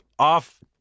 off